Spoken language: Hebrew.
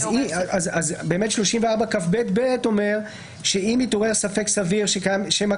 סעיף 34כב(ב) אומר שאם התעורר ספק סביר שמא